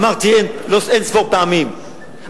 אמרתי אין-ספור פעמים,